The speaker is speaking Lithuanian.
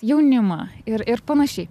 jaunimą ir ir panašiai